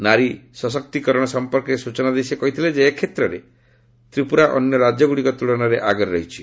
ନାରୀ ସଶକ୍ତିକରଣ ସମ୍ପର୍କରେ ସୂଚନା ଦେଇ ସେ କହିଥିଲେ ଯେ ଏ କ୍ଷେତ୍ରରେ ତ୍ରିପୁରା ଅନ୍ୟ ରାଜ୍ୟଗୁଡ଼ିକ ତୁଳନାରେ ଆଗରେ ରହିଛି